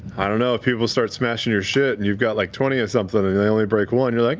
i don't know. if people start smashing your shit, and you've got like twenty of something and and they only break one, you're like,